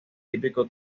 típico